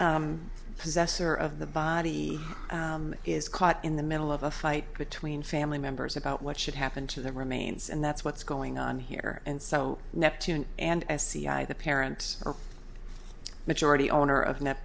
possessor of the body is caught in the middle of a fight between family members about what should happen to the remains and that's what's going on here and so neptune and sci the parents or majority owner